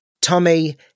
Tommy